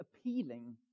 appealing